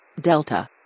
Delta